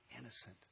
innocent